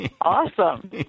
Awesome